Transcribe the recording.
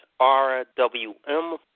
rwm